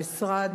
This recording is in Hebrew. המשרד,